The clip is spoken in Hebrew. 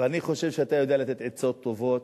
ואני חושב שאתה יודע לתת עצות טובות,